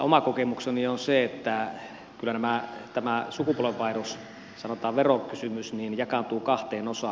oma kokemukseni on se että kyllä tämä sukupolvenvaihdosverokysymys jakaantuu kahteen osaan